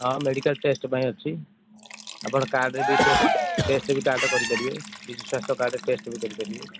ହଁ medical test ପାଇଁ ଅଛି ଆପଣ କାର୍ଡ଼ରେ ବି ଟେଷ୍ଟ କରି ଟେଷ୍ଟ ବି କାର୍ଡ଼ରେ କରିପାରିବେ ବିଜୁ ସ୍ୱାସ୍ଥ୍ୟ କାର୍ଡ଼ରେ ବି ଟେଷ୍ଟ କରିପାରିବେ